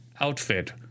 outfit